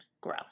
grow